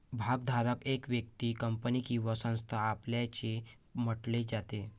भागधारक एक व्यक्ती, कंपनी किंवा संस्था असल्याचे म्हटले जाते